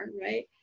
right